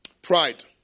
pride